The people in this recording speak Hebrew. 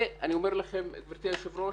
אני מוכרחה להגיד שהאירוע הזה,